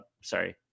Sorry